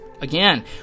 Again